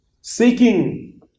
seeking